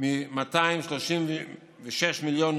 מ-236 מיליון